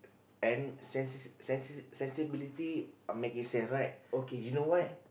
and sensi~ sensi~ sensibility uh make you say right you know why